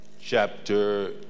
chapter